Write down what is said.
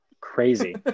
crazy